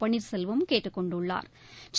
பன்னீர்செல்வம் கேட்டுக் கொண்டுள்ளாா்